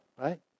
right